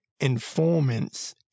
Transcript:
informants